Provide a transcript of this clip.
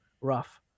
rough